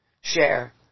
share